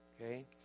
Okay